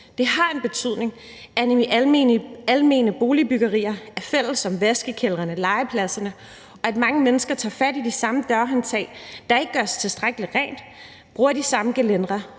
Det har en betydning, at man i almene boligbyggerier er fælles om vaskekældrene og legepladserne, og at mange mennesker tager fat i de samme dørhåndtag, der ikke gøres tilstrækkeligt rent, og bruger de samme gelændere.